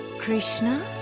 krishna,